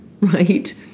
Right